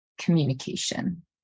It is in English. communication